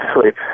sleep